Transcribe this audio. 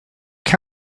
are